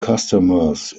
customers